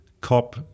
COP